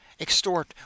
extort